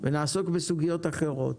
ונעסוק בסוגיות אחרות.